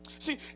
See